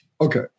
Okay